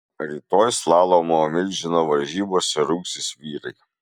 rytoj slalomo milžino varžybose rungsis vyrai